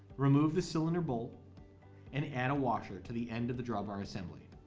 remove the cylinder bolt and add a washer to the end of the drawbar assembly.